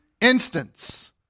instance